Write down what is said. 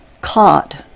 caught